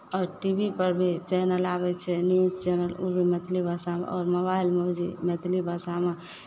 T V पर भी channel आबै छै न्यूज़ चैनल ओ भी मैथिली भाषामे आओर मोबाइलमे मैथिली भाषामे